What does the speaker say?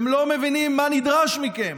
אתם לא מבינים מה נדרש מכם.